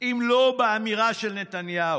אם לא באמירה של נתניהו: